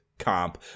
comp